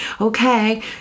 okay